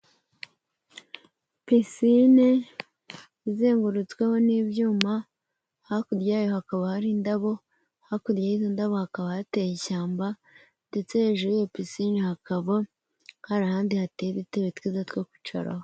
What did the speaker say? Picine izengurutsweho n'ibyuma hakurya yayo hakaba hari indabo, hakurya y'izo ndabo hakaba hateye ishyamba ndetse, hejuru yiyo picine hakaba hari ahandi hateye udutebe twiza two kwicaraho.